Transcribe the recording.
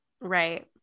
Right